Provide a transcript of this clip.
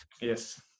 Yes